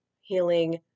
healing